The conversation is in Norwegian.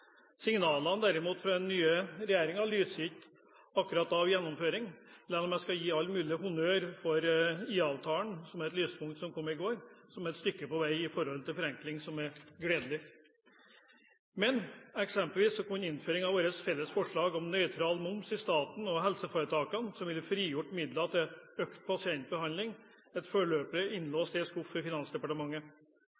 Signalene, derimot, fra den nye regjeringen lyser ikke akkurat av gjennomføring, selv om jeg skal gi all mulig honnør for IA-avtalen, som er et lyspunkt, som kom i går. Det er et stykke på vei mot forenkling, som er gledelig. Men eksempelvis er innføring av vårt felles forslag om nøytral moms i staten og helseforetakene, som ville frigjort midler til økt pasientbehandling, foreløpig